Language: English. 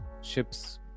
ships